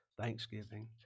thanksgiving